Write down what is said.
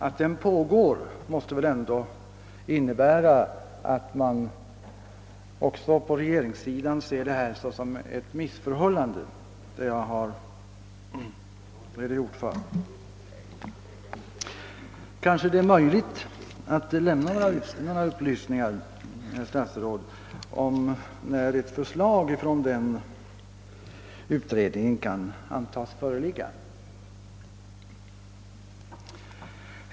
Att den pågår måste väl ändå innebära att man på regeringssidan betraktar de förhållanden jag redogjort för såsom missförhållanden. Kanske herr statsrådet har möjlighet att lämna några upplysningar om när ett förslag från utredningen kan tänkas föreligga?